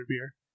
Beer